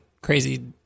crazy